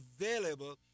available